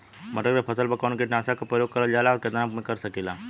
मटर के फसल पर कवन कीटनाशक क प्रयोग करल जाला और कितना में कर सकीला?